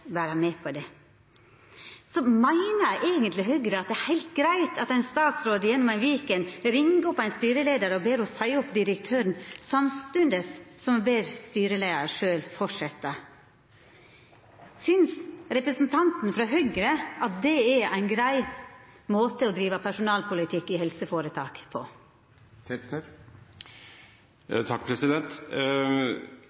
vera med på det. Meiner eigentleg Høgre at det er heilt greitt at ein statsråd i ei helg ringjer opp ein styreleiar og ber han om å seia opp direktøren, samstundes som ein ber styreleiaren om å fortsetja? Synest representanten frå Høgre at det er ein grei måte å driva personalpolitikk i helseføretak på?